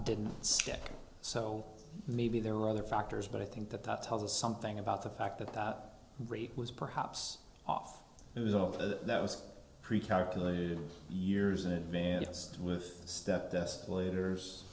didn't stick so maybe there were other factors but i think that that tells us something about the fact that that rate was perhaps off it was over that it was pre calculated years in advance with step this leaders